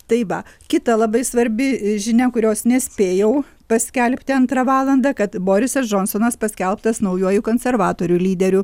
tai va kita labai svarbi žinia kurios nespėjau paskelbti antrą valandą kad borisas džonsonas paskelbtas naujuoju konservatorių lyderiu